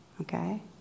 Okay